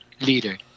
leader